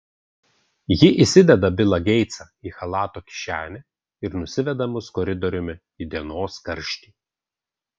ji įsideda bilą geitsą į chalato kišenę ir nusiveda mus koridoriumi į dienos karštį